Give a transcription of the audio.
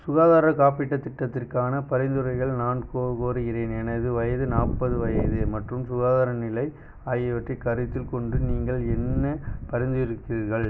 சுகாதாரக் காப்பீட்டுத் திட்டத்திற்கான பரிந்துரைகள் நான் கோ கோருகிறேன் எனது வயது நாற்பது வயது மற்றும் சுகாதார நிலை ஆகியவற்றைக் கருத்தில் கொண்டு நீங்கள் என்ன பரிந்துரைக்கிறீர்கள்